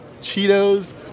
Cheetos